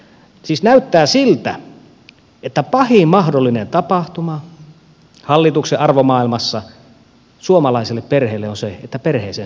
siis näyttää siltä että pahin mahdollinen tapahtuma hallituksen arvomaailmassa suomalaiselle perheelle on se että perheeseen syntyy lapsi